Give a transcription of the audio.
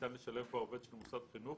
ניתן לשלב בה עובד של מוסד חינוך